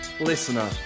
Listener